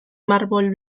mármol